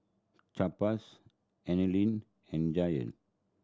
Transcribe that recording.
Chaps and Giant